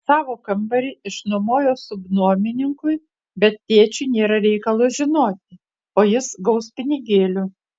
savo kambarį išnuomojo subnuomininkui bet tėčiui nėra reikalo žinoti o jis gaus pinigėlių